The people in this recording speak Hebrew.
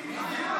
התשפ"ב 2021,